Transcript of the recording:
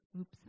oops